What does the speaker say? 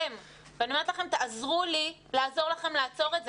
ואני אומרת לכם, תעזרו לי לעזור לכם לעצור את זה.